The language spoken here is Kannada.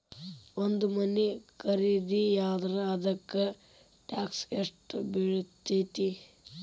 ಒಂದ್ ಮನಿ ಖರಿದಿಯಾದ್ರ ಅದಕ್ಕ ಟ್ಯಾಕ್ಸ್ ಯೆಷ್ಟ್ ಬಿಳ್ತೆತಿ?